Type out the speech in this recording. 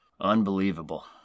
Unbelievable